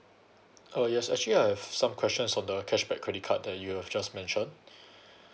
oh yes actually I have some questions on the cashback credit card that you have just mentioned